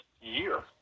year